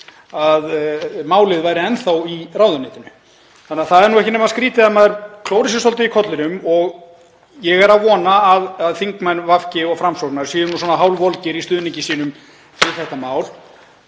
að málið væri enn í ráðuneytinu. Það er því ekki nema skrýtið að maður klóri sér svolítið í kollinum. Ég er að vona að þingmenn VG og Framsóknar séu svona hálfvolgir í stuðningi sínum við þetta mál.